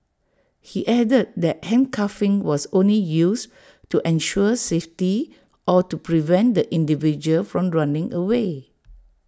he added that handcuffing was only used to ensure safety or to prevent the individual from running away